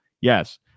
Yes